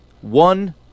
one